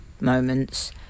moments